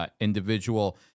individual